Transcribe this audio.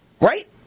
Right